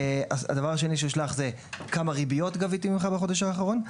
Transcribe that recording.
אז הדבר השני שהוא ישלח זה כמה ריביות גביתי ממך בחודש האחרון.